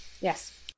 yes